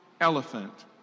elephant